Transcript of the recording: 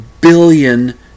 billion